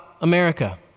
America